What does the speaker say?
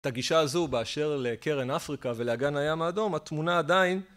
את הגישה הזו באשר לקרן אפריקה ולאגן הים האדום, התמונה עדיין